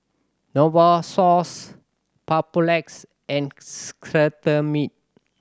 Novosource Papulex and Cetrimide